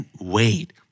wait